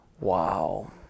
Wow